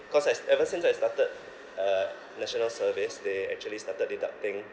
cause I s~ ever since I started uh national service they actually started deducting